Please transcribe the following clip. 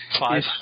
Five